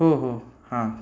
हो हो हां